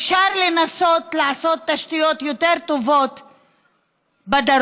אפשר לנסות לעשות תשתיות יותר טובות בדרום.